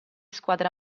squadre